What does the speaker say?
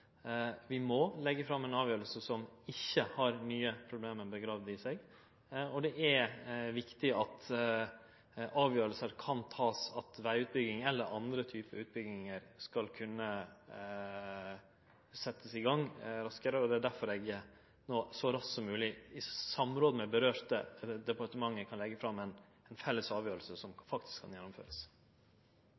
Vi må leggje fram ei avgjerd som ikkje har nye problem gravne ned i seg. Det er viktig at vegutbygging og andre typar utbygging kan setjast i gang raskare. Det er derfor eg så raskt som mogleg, i samråd med andre departement, vil leggje fram ei felles avgjerd som faktisk kan